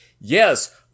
yes